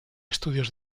estudios